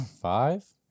Five